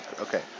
okay